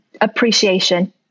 appreciation